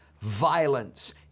violence